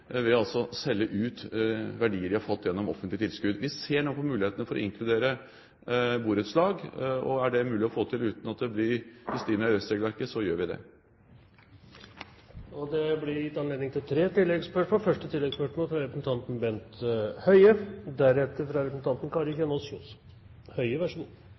ved å selge ut verdier de har fått gjennom offentlige tilskudd. Vi ser nå på mulighetene for å inkludere borettslag. Er det mulig å få til uten at det blir i strid med EØS-regelverket, så gjør vi det. Det blir gitt anledning til tre oppfølgingsspørsmål – først Bent Høie.